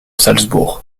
salzbourg